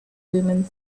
women